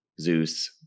Zeus